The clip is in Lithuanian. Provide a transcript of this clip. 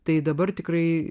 tai dabar tikrai